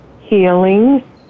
Healing